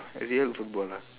a real footballer